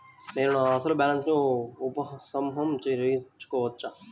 నేను నా అసలు బాలన్స్ ని ఉపసంహరించుకోవచ్చా?